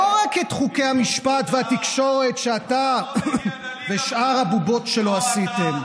לא רק את חוקי המשפט והתקשורת שאתה ושאר הבובות שלו עשיתם.